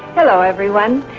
hello everyone,